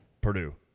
Purdue